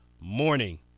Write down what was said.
morning